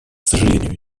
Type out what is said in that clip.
сожалению